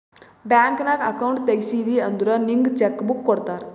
bank ನಾಗ್ account ತೆಗ್ಸಿದಿ ಅಂದುರ್ ನಿಂಗ್ ಚೆಕ್ ಬುಕ್ ಕೊಡ್ತಾರ್